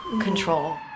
control